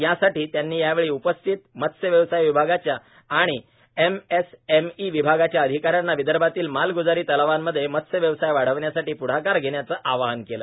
यासाठी त्यांनी यावेळी उपस्थित मत्स्यव्यवसाय विभागाच्या व एम एस एम ई विभागाच्या अधिकाऱ्यांना विदर्भातील मालग्जारी तलावामध्ये मत्स्य व्यवसाय वाढवण्यासाठी पुढाकार घेण्याचे आवाहन केले